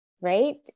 Right